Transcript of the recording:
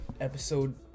episode